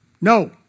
No